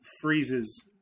freezes